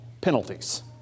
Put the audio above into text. penalties